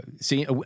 see